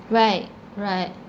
right right